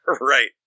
Right